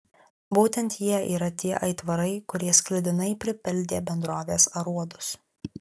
būtent jie yra tie aitvarai kurie sklidinai pripildė bendrovės aruodus